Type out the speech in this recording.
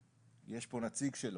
יש פה נציג שלו,